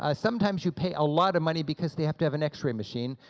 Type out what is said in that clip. ah sometimes you pay a lot of money because they have to have an x-ray machine.